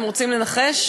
אתם רוצים לנחש,